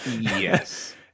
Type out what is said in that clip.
yes